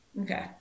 Okay